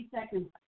seconds